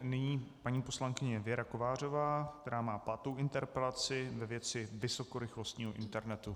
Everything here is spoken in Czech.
Nyní paní poslankyně Věra Kovářová, která má pátou interpelaci ve věci vysokorychlostního internetu.